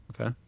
okay